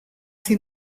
see